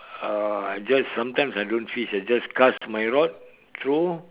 uh I just sometime I don't fish I just cast my rod throw